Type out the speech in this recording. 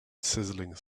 sizzling